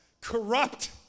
corrupt